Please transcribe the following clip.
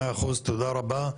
מאה אחוז, תודה רבה.